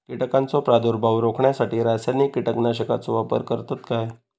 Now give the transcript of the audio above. कीटकांचो प्रादुर्भाव रोखण्यासाठी रासायनिक कीटकनाशकाचो वापर करतत काय?